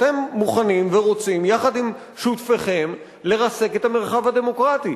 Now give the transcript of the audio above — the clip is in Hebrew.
אתם מוכנים ורוצים יחד עם שותפיכם לרסק את המרחב הדמוקרטי,